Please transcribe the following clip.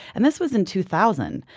and this was in two thousand,